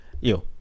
yo